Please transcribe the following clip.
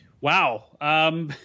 Wow